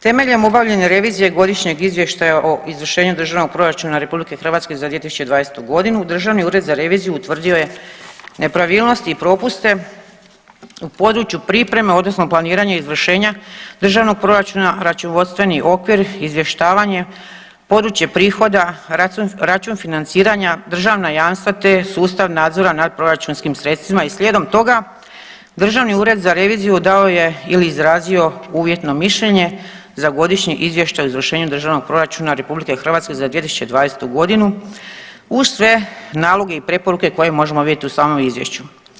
Temeljem obavljene revizije Godišnjeg izvještaja o izvršenju Državnog proračuna Republike Hrvatske za 2020. godinu Državni ured za reviziju utvrdio je nepravilnosti i propuste u području pripreme, odnosno planiranja izvršenja državnog proračuna, računovodstveni okvir, izvještavanje, područje prihoda, račun financiranja državna jamstva, te sustav nadzora nad proračunskim sredstvima i slijedom toga Državni ured za reviziju dao je ili izrazio uvjetno mišljenje za Godišnji izvještaj o izvršenju Državnog proračuna Republike Hrvatske za 2020. godinu uz sve naloge i preporuke koje možemo vidjeti u samom izvješću.